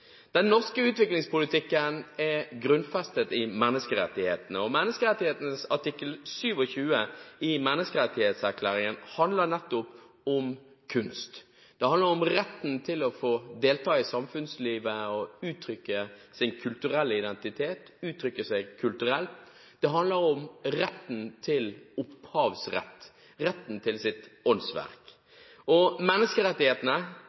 Den norske utviklingspolitikken er grunnfestet i menneskerettighetene. Artikkel 27 i Menneskerettighetserklæringen handler nettopp om kunst. Den handler om retten til å få delta i samfunnslivet, til å uttrykke sin kulturelle identitet og til å uttrykke seg kulturelt. Den handler om retten til opphavsrett – retten til sitt åndsverk. Menneskerettighetene